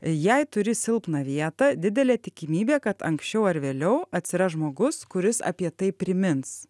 jei turi silpną vietą didelė tikimybė kad anksčiau ar vėliau atsiras žmogus kuris apie tai primins